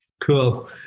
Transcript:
Cool